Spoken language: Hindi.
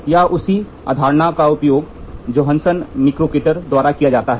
यहां उसी अवधारणा का उपयोग जोहानसन मिक्रोकेटर द्वारा किया जाता है